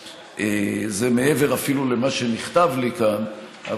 זה מעבר אפילו למה שנכתב לי כאן,